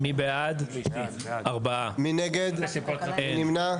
4 נמנעים